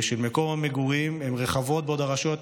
של מקום המגורים, הן רחבות: בעוד שלרשויות